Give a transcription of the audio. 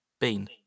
Bean